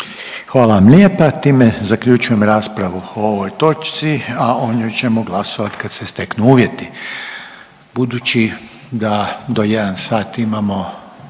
Hvala vam lijepa. Time zaključujem raspravu o ovoj točci, a o njoj ćemo glasovat kad se steknu uvjeti. Budući da do jedan sat imamo